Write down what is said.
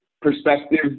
perspective